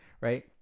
Right